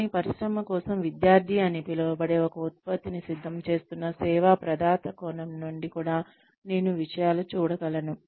కానీ పరిశ్రమ కోసం 'విద్యార్థి' అని పిలువబడే ఒక ఉత్పత్తిని సిద్ధం చేస్తున్న సేవా ప్రదాత కోణం నుండి కూడా నేను విషయాలు చూడగలను